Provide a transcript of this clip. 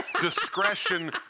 discretion